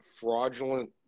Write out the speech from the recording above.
fraudulent